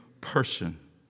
person